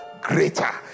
greater